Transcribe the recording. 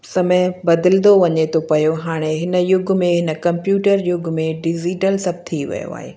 समय बदिलंदो वञे थो वियो हाणे हिन युग में हिन कम्प्युटर युग में डिज़िटल सभु थी वियो आहे